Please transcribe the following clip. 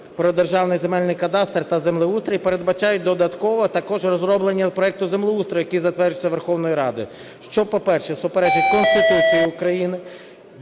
"Про Державний земельний кадастр" та землеустрій передбачають додатково також розроблення проекту землеустрою, який затверджується Верховною Радою, що, по-перше, суперечить Конституції України,